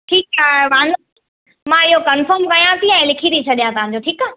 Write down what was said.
ठीकु आहे वांदो मां इहो कंफ़र्म कयां थी ऐं लिखी थी छॾियां तव्हांजो ठीकु आहे